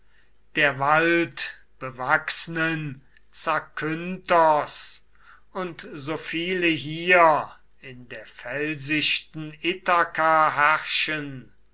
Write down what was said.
der waldbewachsnen zakynthos und so viele hier in der felsichten ithaka herrschen